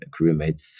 crewmates